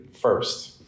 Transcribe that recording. first